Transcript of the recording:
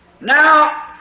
Now